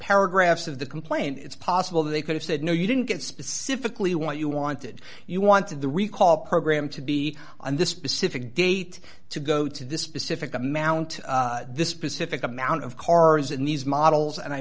paragraphs of the complaint it's possible they could have said no you didn't get specifically what you wanted you wanted the recall program to be on this specific date to go to this specific amount this specific amount of cars in these models and i